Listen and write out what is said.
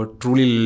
truly